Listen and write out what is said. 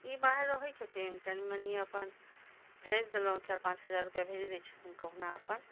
ई बाहर रहै छथिन कनी मनी अपन भेज देलहुँ चारि पाँच हजार रुपैआ भेज दै छथिन कहुना अपन